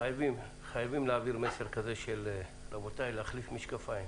חייבים להעביר מסר שקורא להחליף משקפיים.